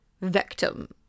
victim